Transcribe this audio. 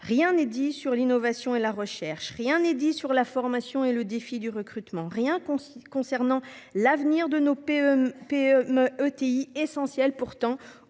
rien n'est dit sur l'innovation et la recherche ; rien n'est dit sur la formation et le défi du recrutement ; rien non plus concernant l'avenir de nos PME et entreprises